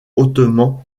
hautement